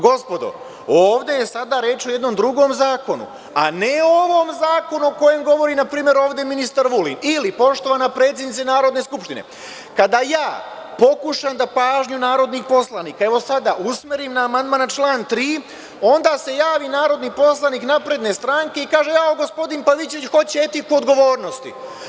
Gospodo, ovde je sada reč o jednom drugom zakonu, a ne o ovom zakonu o kojem govori na primer ovde ministar Vulin, ili poštovana predsednice Narodne skupštine, kada ja pokušam da pažnju narodnih poslanika, evo sada, usmerim na amandman na član 3, onda se javi narodni poslanik Napredne stranke i kaže – gospodin Pavićević hoće etiku odgovornosti.